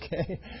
okay